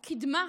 קדמה.